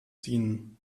dienen